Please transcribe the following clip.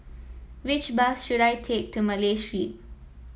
which bus should I take to Malay Street